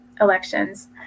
elections